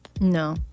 No